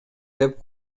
деп